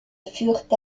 furent